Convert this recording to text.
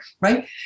right